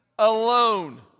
alone